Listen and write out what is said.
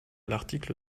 l’article